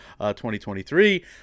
2023